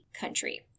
country